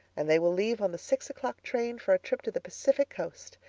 and they will leave on the six o'clock train for a trip to the pacific coast.